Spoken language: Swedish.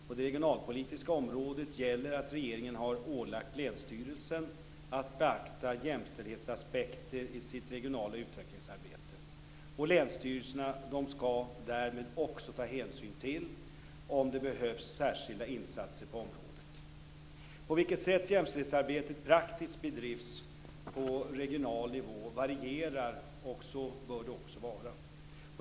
På det regionalpolitiska området gäller att regeringen har ålagt länsstyrelserna att beakta jämställdhetsaspekter i sitt regionala utvecklingsarbete. Länsstyrelserna skall därmed också ta hänsyn till om det behövs särskilda insatser på området. Det sätt på vilket jämställdhetsarbetet på regional nivå bedrivs praktiskt varierar, och så bör det också vara.